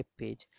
webpage